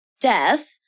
death